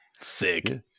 sick